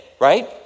right